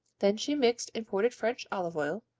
then she mixed imported french olive oil,